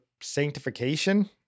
sanctification